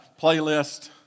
playlist